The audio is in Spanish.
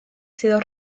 sido